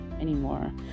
anymore